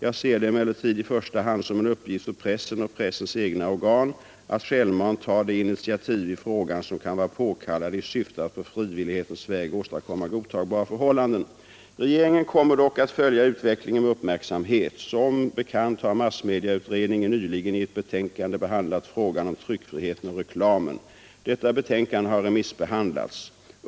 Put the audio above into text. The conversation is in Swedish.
Jag ser det emellertid i första hand som en uppgift för pressen och pressens egna organ att självmant ta de initiativ i frågan som kan vara påkallade i syfte att på frivillighetens väg åstadkomma godtagbara förhållanden. Regeringen kommer dock att följa utvecklingen med uppmärksamhet. Som bekant har massmediautredningen nyligen i ett betänkande behandlat frågan om tryckfriheten och reklamen. Detta betänkande har remissbehandlats.